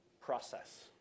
process